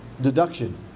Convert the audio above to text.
deduction